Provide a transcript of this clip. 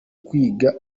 kwiga